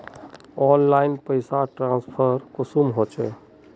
Online पैसा transfer कुंसम होचे?